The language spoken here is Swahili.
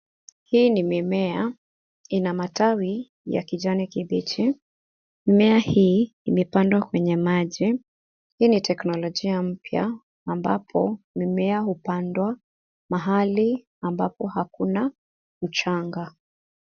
Hii ni mimmea ina matawi ya kijani kibichi ,mimmea hii imepandwa kwenye maji, hii ni teknolojia mpya ambapo mimmea hupandwa mahali hakuna mchanga.